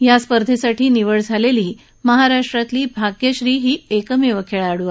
या स्पर्धेसाठी निवड झालेली महाराष्ट्रातली भाग्यश्री ही एकमेव खेळाडू आहे